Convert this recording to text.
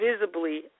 visibly